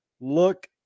look